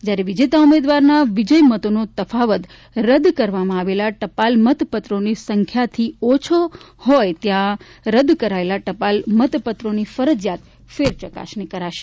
જ્યારે વિજેતા ઉમેદવારના વિજય મતોનો તફાવત રદ કરવામાં આવેલા ટપાલ મત પત્રોની સંખ્યાથી ઓછો હોય ત્યાં રદ કરાયેલા ટપાલ મત પત્રોની ફરજિયાત ફેર ચકાસણી કરાશે